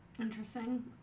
Interesting